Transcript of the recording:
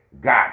god